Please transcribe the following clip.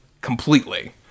completely